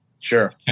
Sure